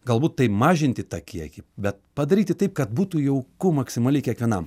galbūt tai mažinti tą kiekį bet padaryti taip kad būtų jauku maksimaliai kiekvienam